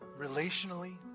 relationally